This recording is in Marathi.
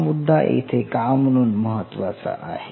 हा मुद्दा येथे का म्हणून महत्त्वाचा आहे